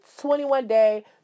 21-day